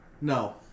No